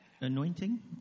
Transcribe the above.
anointing